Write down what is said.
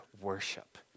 worship